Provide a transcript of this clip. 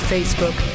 Facebook